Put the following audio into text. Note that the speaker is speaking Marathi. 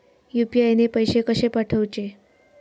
यू.पी.आय ने पैशे कशे पाठवूचे?